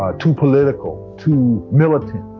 ah too political, too militant.